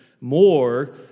more